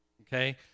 Okay